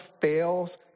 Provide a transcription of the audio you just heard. fails